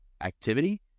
activity